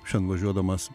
šian važiuodamas